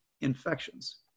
infections